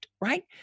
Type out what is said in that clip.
Right